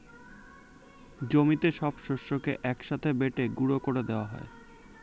জমিতে সব শস্যকে এক সাথে বেটে গুঁড়ো করে দেওয়া হয়